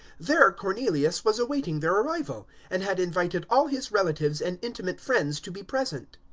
there cornelius was awaiting their arrival, and had invited all his relatives and intimate friends to be present.